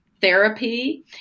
therapy